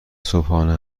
صبحانه